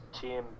team